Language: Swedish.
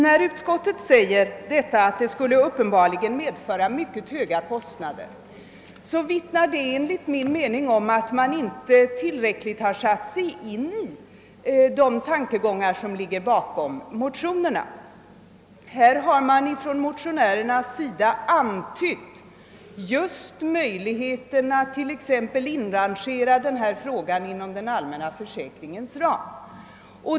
När utskottet anför att det uppenbarligen skulle medföra mycket höga kostnader, vittnar det enligt min mening om att man inte tillräckligt har satt sig in i de tankegångar som ligger bakom motionerna. Motionärerna har antytt möjligheterna att t.ex. inrangera denna fråga inom den allmänna försäkringens ram.